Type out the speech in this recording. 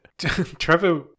Trevor